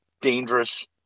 dangerous